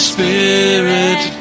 Spirit